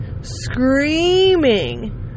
screaming